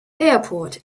airport